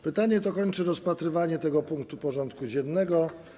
Pytanie to kończy rozpatrywanie tego punktu porządku dziennego.